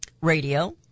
radio